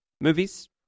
movies